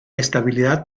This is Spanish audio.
estabilidad